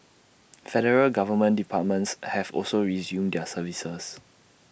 federal government departments have also resumed their services